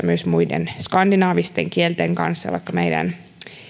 myös muiden skandinaavisten kielten kanssa vaikka meidän